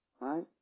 right